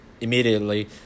immediately